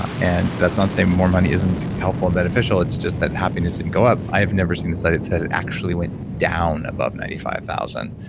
and that's not saying more money isn't helpful and beneficial, it's just that happiness didn't go up. i have never seen a study that said it actually went down above ninety five thousand